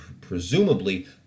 presumably